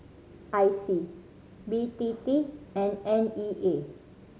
I C B T T and N E A